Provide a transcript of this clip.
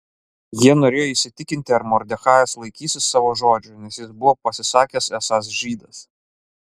jie norėjo įsitikinti ar mordechajas laikysis savo žodžio nes jis buvo pasisakęs esąs žydas